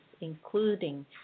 including